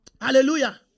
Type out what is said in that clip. Hallelujah